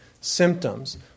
symptoms